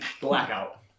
Blackout